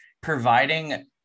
providing